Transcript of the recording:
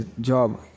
job